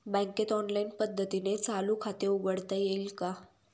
बँकेत ऑनलाईन पद्धतीने चालू खाते उघडता येईल का?